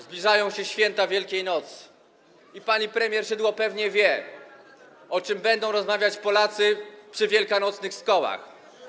Zbliżają się święta Wielkiejnocy i pani premier Szydło pewnie wie, o czym będą rozmawiać Polacy przy wielkanocnych stołach.